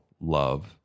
love